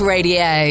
Radio